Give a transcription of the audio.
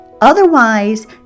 Otherwise